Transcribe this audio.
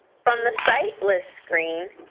from the site list screen,